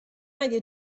اگه